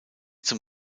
zum